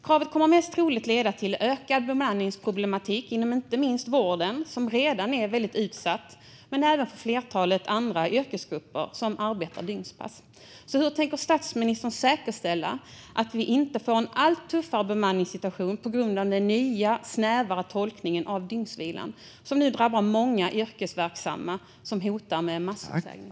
Kravet kommer mest troligt att leda till ökad bemanningsproblematik inom inte minst vården, som redan är utsatt, men även inom andra yrkesgrupper som arbetar dygnspass. Hur tänker statsministern säkerställa att vi inte får en allt tuffare bemanningssituation på grund av den nya, snävare tolkningen av dygnsvilan, som nu drabbar många yrkesverksamma som därför hotar med massuppsägning?